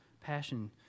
passion